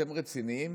אתם רציניים?